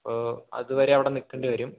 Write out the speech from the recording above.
അപ്പോൾ അതുവരെ അവിടെ നിൽക്കേണ്ടി വരും